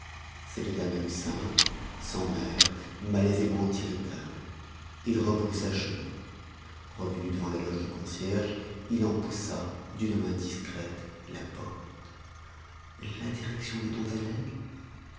c'était un homme simple sans nerfs malaisément irritable il rebroussa chemin revenu devant la loge du concierge il en poussa d'une main discrète la porte la direction des dons